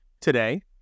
today